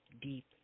deep